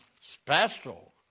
special